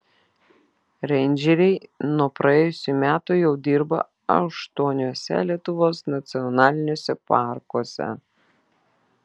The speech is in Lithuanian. reindžeriai nuo praėjusių metų jau dirba aštuoniuose lietuvos nacionaliniuose parkuose